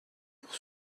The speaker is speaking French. pour